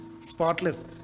Spotless